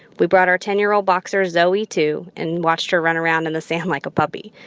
we brought our ten year old boxer zoe, too, and watched her run around in the sand like a puppy.